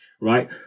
right